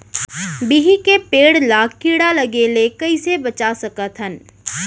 बिही के पेड़ ला कीड़ा लगे ले कइसे बचा सकथन?